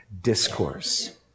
discourse